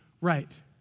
right